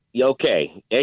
Okay